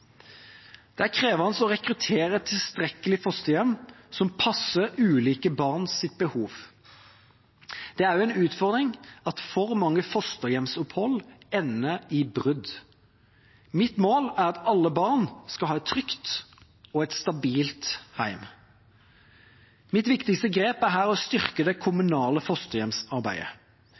Det er krevende å rekruttere tilstrekkelig med fosterhjem som passer ulike barns behov. Det er også en utfordring at for mange fosterhjemsopphold ender i brudd. Mitt mål er at alle barn skal ha et trygt og stabilt hjem. Mitt viktigste grep er her å styrke det kommunale fosterhjemsarbeidet.